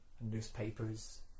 newspapers